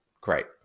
great